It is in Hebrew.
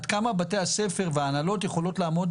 עד כמה בתי הספר וההנהלות יכולים לעמוד